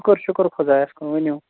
شُکُر شُکُر خۄدایَس کُن ؤنِو